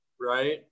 right